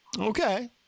Okay